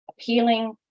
appealing